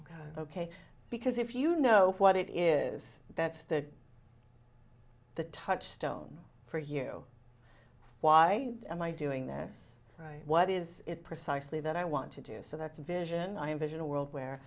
y ok because if you know what it is that's the the touchstone for you why am i doing this right what is it precisely that i want to do so that's a vision i envision a world